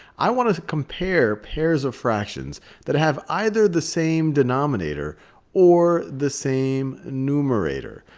i want to compare pairs of fractions that have either the same denominator or the same numerator.